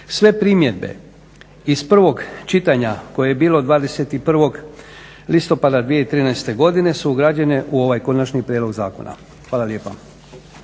Sve primjedbe iz prvog čitanja koje je bilo 21.listopada 2013.godine su ugrađene u ovaj konačni prijedlog zakona. Hvala lijepa.